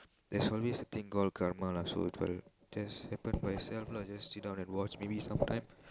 there's always a thing call karma lah so it will just happen by itself lah just sit down and watch maybe sometime